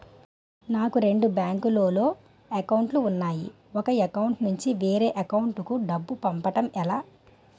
నాకు రెండు బ్యాంక్ లో లో అకౌంట్ లు ఉన్నాయి ఒక అకౌంట్ నుంచి వేరే అకౌంట్ కు డబ్బు పంపడం ఎలా?